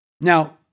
Now